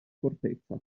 fortezza